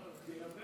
לכי למטה,